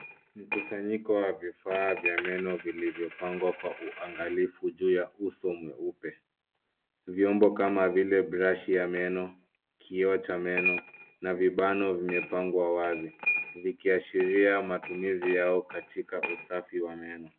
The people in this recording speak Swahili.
Mkusanyiko wa vifaa vya meno vilivyopangwa kwa uangalifu juu ya uso mweupe. Vyombo kama vile [SC] brush[SC] ya meno, kioo cha meno na vibano vimepangwa wazi, vikiashiria matumizi yao katikati usafi wa meno.